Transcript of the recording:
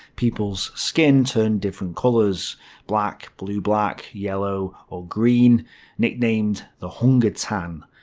people's skin turned different colours black, blue-black, yellow or green nicknamed the hunger tan.